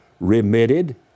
remitted